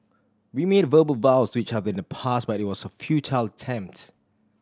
we made verbal vows to each other in the past but it was a futile attempt